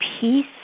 peace